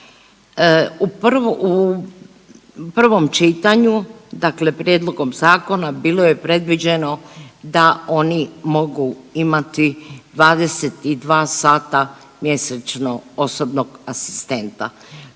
u prvom čitanju dakle prijedlogom zakona bilo je predviđeno da oni mogu imati 22 sata mjesečno osobnog asistenta.